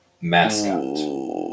mascot